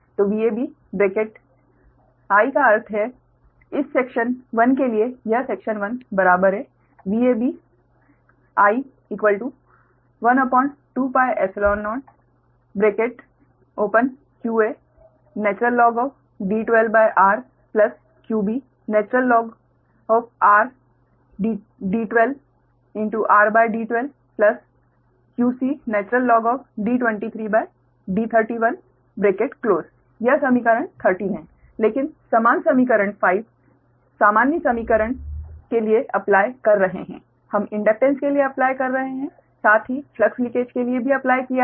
तो Vab bracket I का अर्थ है इस सेक्शन 1 के लिए यह सेक्शन 1 बराबर है Vab12πϵ0qaD12r qbrD12rD12 qcD23D31 यह समीकरण 13 है लेकिन समान समीकरण 5 सामान्य समीकरण के लिए अप्लाई कर रहे हैं हम इंडक्टेंस के लिए अप्लाई कर रहे हैं साथ ही फ्लक्स लिंकेज के लिए भी अप्लाई किया हैं